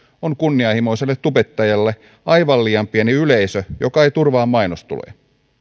on kunnianhimoiselle tubettajalle aivan liian pieni yleisö joka ei turvaa mainostuloja